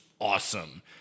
awesome